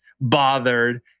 bothered